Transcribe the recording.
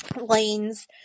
lanes